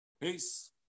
peace